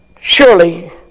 Surely